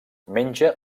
menja